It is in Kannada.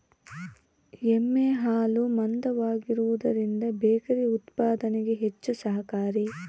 ಎಮ್ಮೆ ಹಾಲು ಮಂದವಾಗಿರುವದರಿಂದ ಬೇಕರಿ ಉತ್ಪಾದನೆಗೆ ಹೆಚ್ಚು ಸಹಕಾರಿ